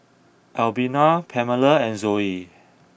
Albina Pamela and Zoe